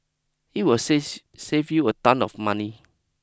it will saves save you a ton of money